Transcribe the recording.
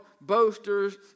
boasters